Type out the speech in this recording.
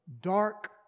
dark